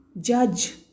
judge